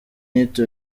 nyito